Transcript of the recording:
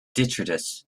detritus